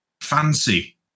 fancy